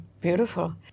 Beautiful